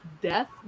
death